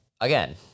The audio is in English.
again